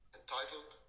entitled